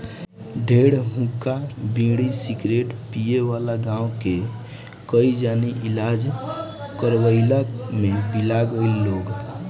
ढेर हुक्का, बीड़ी, सिगरेट पिए वाला गांव के कई जानी इलाज करवइला में बिला गईल लोग